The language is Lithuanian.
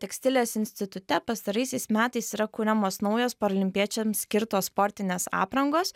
tekstilės institute pastaraisiais metais yra kuriamos naujos paralimpiečiams skirtos sportinės aprangos